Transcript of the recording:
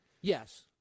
Yes